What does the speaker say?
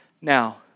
Now